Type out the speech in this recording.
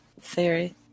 theory